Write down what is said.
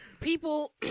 people